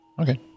Okay